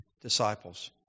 disciples